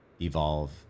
evolve